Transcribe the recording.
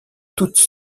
toutes